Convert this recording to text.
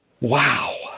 Wow